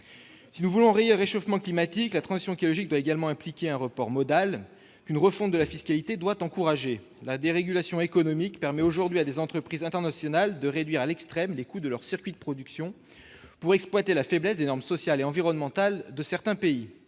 Si nous voulons enrayer le réchauffement climatique, la transition écologique doit également impliquer un report modal, qu'une refonte de la fiscalité doit encourager. La dérégulation économique permet aujourd'hui à des entreprises internationales de réduire à l'extrême les coûts de leurs circuits de production, pour exploiter la faiblesse des normes sociales et environnementales de certains pays.